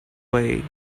way